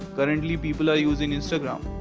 currently people are using instagram,